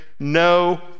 no